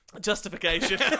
Justification